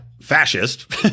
fascist